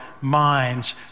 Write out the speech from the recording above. minds